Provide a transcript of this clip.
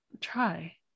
try